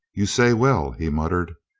you say well, he muttered,